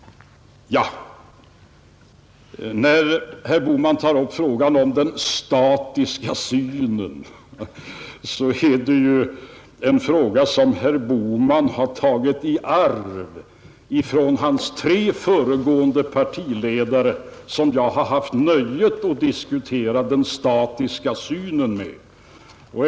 Herr Bohman talade sedan om den statiska synen. Det är någonting som herr Bohman har tagit i arv från sina tre föregångare som partiledare, och jag har haft nöjet att diskutera den statiska synen med dem alla.